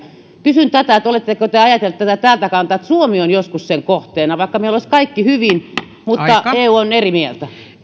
kysyn oletteko te ajatelleet tätä tältä kannalta että suomi on joskus kohteena vaikka meillä olisi kaikki hyvin jos eu on eri mieltä